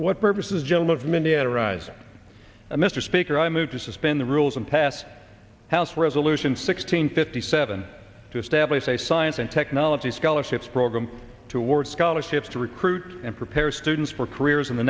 what purposes gentleman from indiana arise mr speaker i move to suspend the rules and pass house resolution sixteen fifty seven to establish a science and technology scholarships program to award scholarships to recruit and prepare students for careers in the